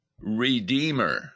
redeemer